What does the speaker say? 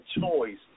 choice